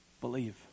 Believe